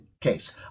case